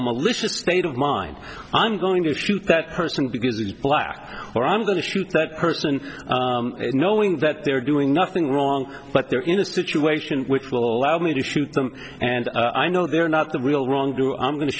a malicious state of mind i'm going to shoot that person because he's black or i'm going to shoot that person knowing that they're doing nothing wrong but they're in a situation which will allow me to shoot them and i know they're not the real wrong to i'm going to